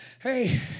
Hey